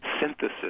synthesis